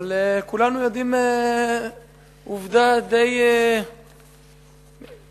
אבל כולנו יודעים עובדה די קשה,